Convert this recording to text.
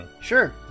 Sure